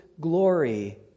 glory